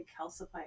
calcify